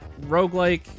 roguelike